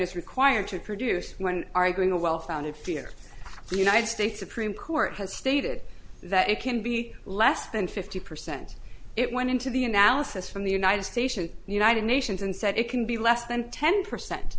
is required to produce when arguing a well founded fear the united states supreme court has stated that it can be less than fifty percent it went into the analysis from the united station united nations and said it can be less than ten percent